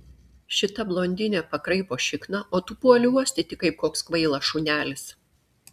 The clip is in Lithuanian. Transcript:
šita blondinė pakraipo šikną o tu puoli uostyti kaip koks kvailas šunelis